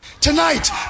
Tonight